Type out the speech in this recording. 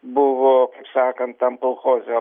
buvo sakant tam kolchoze